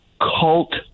cult